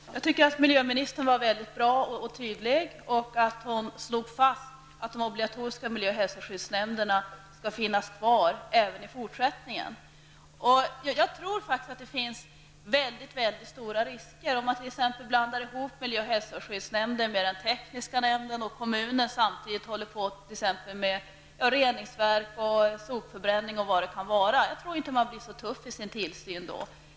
Fru talman! Jag tyckte att miljöministern var väldigt tydlig och bra när hon slog fast att de obligatoriska miljö och hälsoskyddsnämnderna skall finnas kvar även i fortsättningen. Jag tror faktiskt att det är förknippat med mycket stora risker att blanda ihop miljö och hälsoskyddsnämnden med t.ex. den tekniska nämnden, om kommunen samtidigt håller på med reningsverk, sopförbränning eller vad det nu kan vara. Jag tror inte att man blir lika tuff i sin tillsyn då.